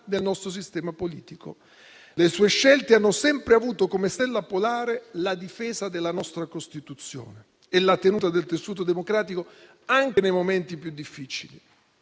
del nostro sistema politico. Le sue scelte hanno sempre avuto come stella polare la difesa della nostra Costituzione e la tenuta del tessuto democratico anche nei momenti più difficili.